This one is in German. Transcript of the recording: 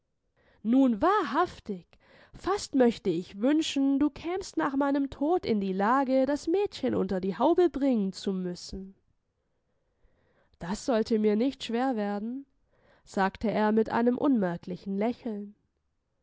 nun wahrhaftig fast möchte ich wünschen du kämst nach meinem tod in die lage das mädchen unter die haube bringen zu müssen das sollte mir nicht schwer werden sagte er mit einem unmerklichen lächeln